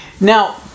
Now